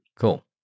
Cool